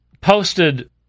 posted